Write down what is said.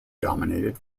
dominated